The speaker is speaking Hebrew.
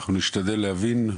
אנחנו נשתדל להבין,